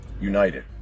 United